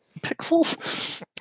pixels